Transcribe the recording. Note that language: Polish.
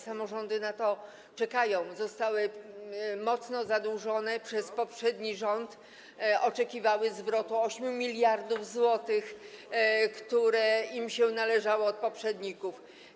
Samorządy na to czekają, zostały mocno zadłużone przez poprzedni rząd, oczekiwały zwrotu 8 mld zł, które im się należały od poprzedników.